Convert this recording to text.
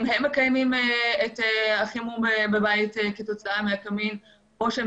אם הם מקיימים את החימום בבית כתוצאה מהקמין או שהם